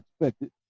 expected